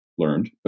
learned